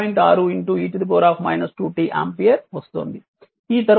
6 e 2 t ampere వస్తోంది ఈ